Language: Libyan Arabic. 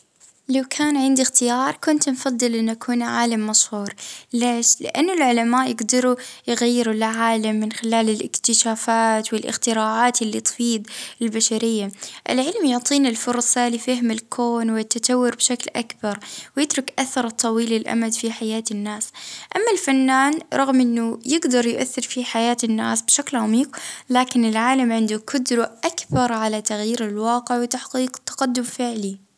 اه نختار أن نكون اه عالم مشهور على أن نكون فنان، لأنه العلم ينفع البشرية ويخلي أثر دائم.